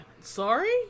Sorry